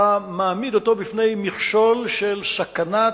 אתה מעמיד אותו בפני מכשול של סכנות.